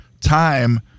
time